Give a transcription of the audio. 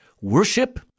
worship—